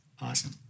Awesome